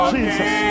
Jesus